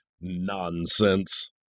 nonsense